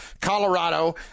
Colorado